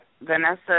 Vanessa